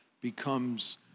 becomes